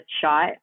shot